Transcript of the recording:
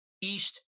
East